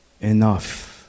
enough